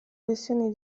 versioni